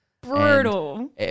Brutal